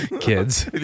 kids